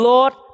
Lord